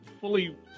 fully